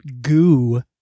goo